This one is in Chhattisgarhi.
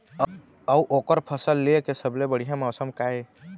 अऊ ओकर फसल लेय के सबसे बढ़िया मौसम का ये?